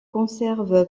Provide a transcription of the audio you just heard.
conserve